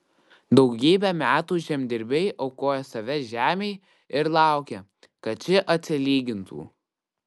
daugybę metų žemdirbiai aukoja save žemei ir laukia kad ši atsilygintų